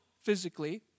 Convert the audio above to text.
physically